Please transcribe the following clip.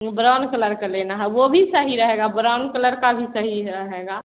ये brown colour का लेना है वह भी सही रहेगा ब्राउन कलर का भी सही रहेगा